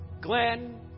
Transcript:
Glenn